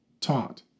taught